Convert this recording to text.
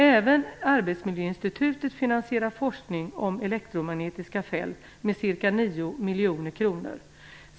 Även Arbetsmiljöinstitutet finansierar forskning om elektromagnetiska fält med ca 9 miljoner kronor.